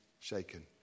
shaken